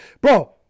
bro